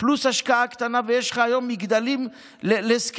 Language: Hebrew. פלוס השקעה קטנה, ויש לך היום מגדלים לזקנים.